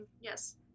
yes